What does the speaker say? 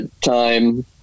time